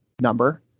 number